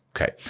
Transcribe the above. Okay